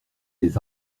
des